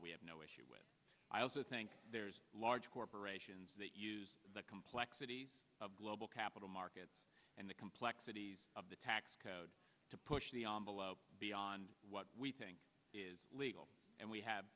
we have no issue with i also think there's large corporations that use the complexity of global capital markets and the complexities of the tax code to push the envelope beyond what we think is legal and we have